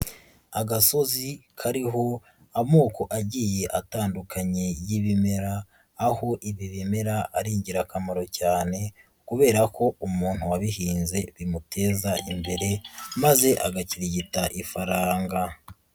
Agasozi kariho amoko agiye atandukanye y'ibimera, aho ibi bimera ari ingirakamaro cyane kubera ko umuntu wabihinze bimuteza imbere maze agakirigita ifaranga.